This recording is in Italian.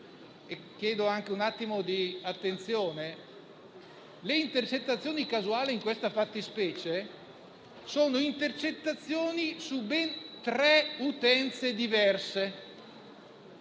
le intercettazioni casuali in questa fattispecie sono intercettazioni su ben tre utenze diverse.